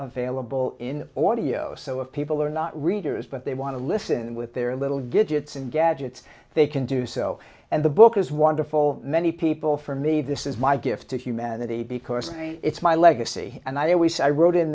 available in audioslave of people are not readers but they want to listen with their little gadgets and gadgets they can do so and the book is wonderful many people for me this is my gift to humanity because it's my legacy and i always i wrote in